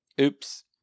Oops